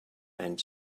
and